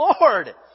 Lord